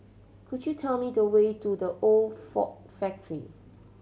could you tell me the way to The Old Ford Factory